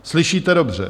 Slyšíte dobře.